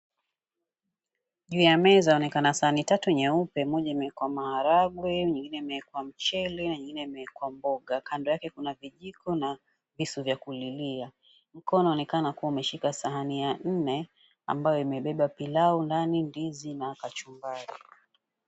Juu ya meza inaonekana sahani tatu nyeupe moja imeekwa maharagwe, nyingine imeekwa mchele, nyingine imeekwa mboga. Kando yake kuna vijiko na visu vya kulilia. Mkono unaonekana kuwa umeshika sahani ya nne ambayo imebeba pilau ndani, ndizi na kachumbari.